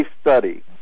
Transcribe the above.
study